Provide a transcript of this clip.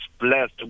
blessed